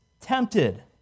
tempted